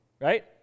right